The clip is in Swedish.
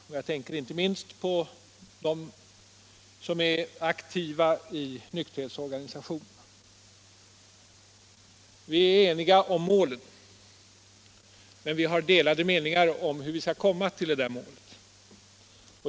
Jag tänker därvid inte minst på dem som är aktiva i nykterhetsorganisationer. Vi är eniga om målet, men vi har delade meningar om hur vi skall nå det målet.